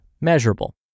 measurable